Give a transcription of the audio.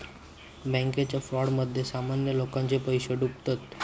बॅन्केच्या फ्रॉडमध्ये सामान्य लोकांचे पैशे डुबतत